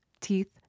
teeth